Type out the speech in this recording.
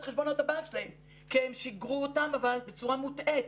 חשבונות הבנק שלהם כי הם שגרו אותם אבל בצורה מוטעית.